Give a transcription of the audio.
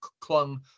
clung